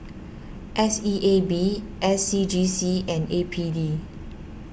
S E A B S C G C and A P D